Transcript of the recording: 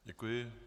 Děkuji.